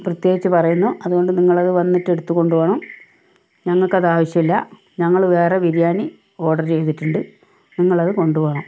പ്രത്യേകിച്ച് പറയുന്നു അതുകൊണ്ട് നിങ്ങൾ അത് വന്നിട്ട് എടുത്ത് കൊണ്ട് പോകണം ഞങ്ങൾക്കത് ആവിശ്യമില്ല ഞങ്ങള് വേറെ ബിരിയാണി ഓര്ഡര് ചെയ്തിട്ടുണ്ട് നിങ്ങള് അത് കൊണ്ട് പോകണം